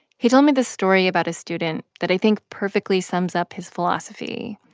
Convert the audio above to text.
he told me this story about a student that, i think, perfectly sums up his philosophy.